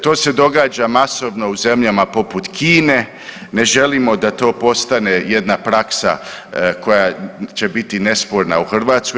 To se događa masovno u zemljama poput Kine, ne želimo da to postane jedna praksa koja će biti nesporna u Hrvatskoj.